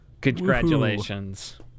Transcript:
Congratulations